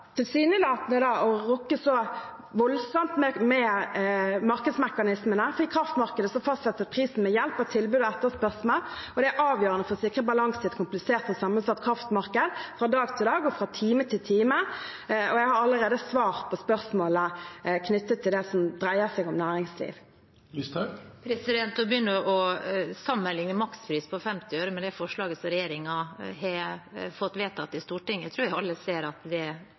tilsynelatende ønsker å rokke så voldsomt ved markedsmekanismene, for i kraftmarkedet fastsettes prisen ved hjelp av tilbud og etterspørsel, og det er avgjørende for å sikre balanse i et komplisert og sammensatt kraftmarked fra dag til dag og fra time til time. Jeg har allerede svart på spørsmålet knyttet til det som dreier seg om næringsliv. Å sammenligne en makspris på 50 øre med det forslaget som regjeringen har fått vedtatt i Stortinget, tror jeg alle ser at ikke stemmer. Jeg tror heller ikke det